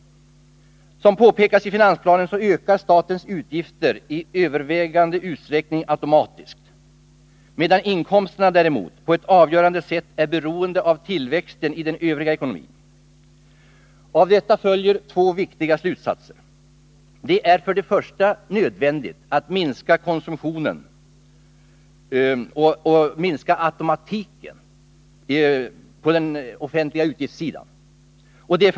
Som påpekas i finansplanen ökar statens utgifter i övervägande utsträckning ”automatiskt”, medan statens inkomster däremot på ett avgörande sätt är beroende av tillväxten i den övriga ekonomin. Av detta följer två viktiga slutsatser. Det är nödvändigt att minska automatiken på den offentliga utgiftssidan.